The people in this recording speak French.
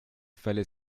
fallait